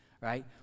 right